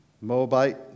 Moabite